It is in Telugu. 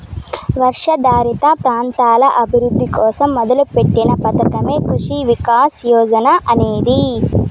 వర్షాధారిత ప్రాంతాల అభివృద్ధి కోసం మొదలుపెట్టిన పథకమే కృషి వికాస్ యోజన అనేది